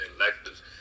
elective